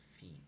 feet